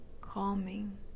calming